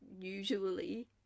usually